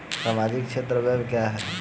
सामाजिक क्षेत्र व्यय क्या है?